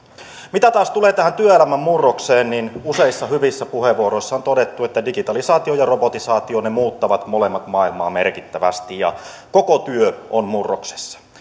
mitä taas tulee tähän työelämän murrokseen niin useissa hyvissä puheenvuoroissa on todettu että digitalisaatio ja robotisaatio muuttavat molemmat maailmaa merkittävästi ja koko työ on murroksessa